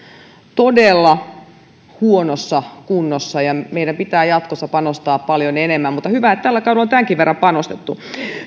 todella huonossa kunnossa ja meidän pitää jatkossa panostaa paljon enemmän mutta hyvä että tällä kaudella on tämänkin verran panostettu